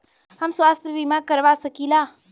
हम स्वास्थ्य बीमा करवा सकी ला?